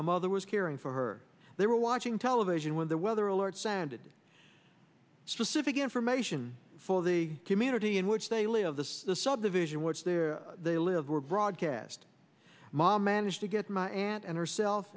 my mother was caring for her they were watching television when the weather alert sounded specific information for the community in which they live the subdivision which there they live were broadcast mom managed to get my aunt and herself